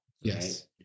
Yes